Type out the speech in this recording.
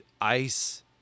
ice